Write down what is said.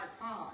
time